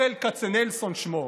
ברל כצנלסון שמו,